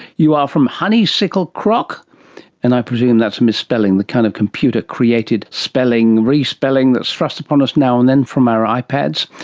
you are from honeysickle crock' and i presume that's a misspelling, the kind of computer created spelling, re-spelling, that's thrust upon us now and then from our ipads.